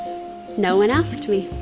no one asked me